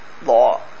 Law